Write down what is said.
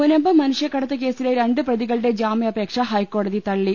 മുനമ്പം മനുഷ്യക്കടത്ത് കേസിലെ രണ്ടു പ്രതികളുടെ ജാമ്യാ പേക്ഷ ഹൈക്കോടതി തള്ളി